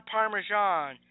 Parmesan